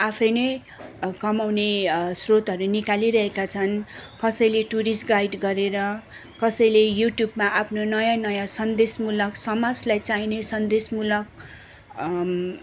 आफै नै कमाउने स्रोतहरू निकालिरहेका छन् कसैले टुरिस्ट गाइड गरेर कसैले युट्युबमा आफ्नो नयाँ नयाँ सन्देशमूलक समाजलाई चाहिने सन्देशमूलक